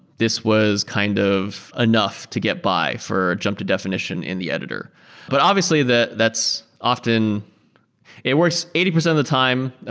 this was kind of enough to get by for a jump to definition in the editor but obviously, that's often it works eighty percent of the time,